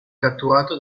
catturato